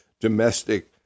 domestic